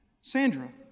Sandra